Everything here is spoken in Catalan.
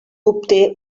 obté